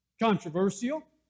controversial